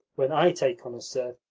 when i take on a serf,